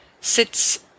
sits